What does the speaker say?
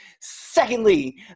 Secondly